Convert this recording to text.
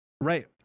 right